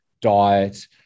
diet